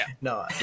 no